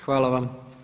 Hvala vam.